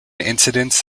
incidents